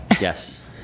Yes